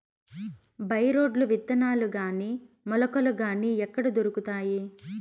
By రోడ్లు విత్తనాలు గాని మొలకలు గాని ఎక్కడ దొరుకుతాయి?